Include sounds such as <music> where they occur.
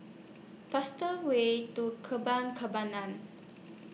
faster Way to <unintelligible> Kembangan